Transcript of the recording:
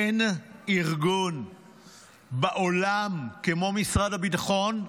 אין ארגון בעולם כמו משרד הביטחון,